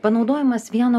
panaudojimas vieno